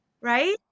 right